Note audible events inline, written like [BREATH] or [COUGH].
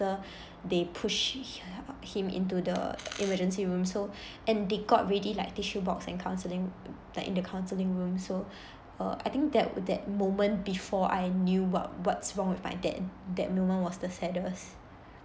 after they pushed him into the emergency room so [BREATH] and they got ready like tissue box and counselling like in the counselling room so [BREATH] uh I think that that moment before I knew what what's wrong with my dad that moment was the saddest